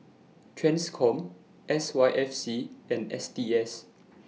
TRANSCOM S Y F C and S T S